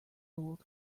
old